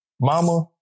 mama